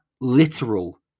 literal